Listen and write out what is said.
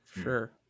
Sure